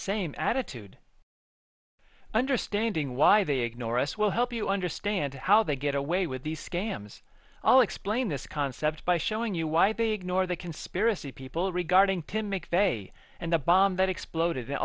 same attitude understanding why they ignore us will help you understand how they get away with these scams all explain this concept by showing you why they ignore the conspiracy people regarding to make they and the bomb that exploded in